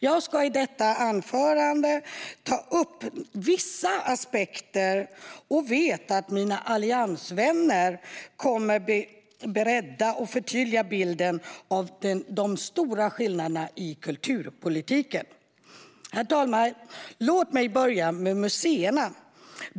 Jag ska i detta anförande ta upp vissa aspekter och vet att mina alliansvänner kommer att bredda och förtydliga bilden av de stora skillnaderna i kulturpolitiken. Herr talman! Låt mig börja med museerna.